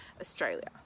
Australia